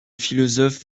philosophe